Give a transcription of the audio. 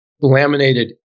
laminated